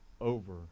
over